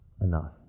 enough